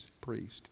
priest